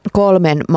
kolmen